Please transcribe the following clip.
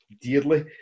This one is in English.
dearly